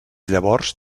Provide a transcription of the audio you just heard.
llavors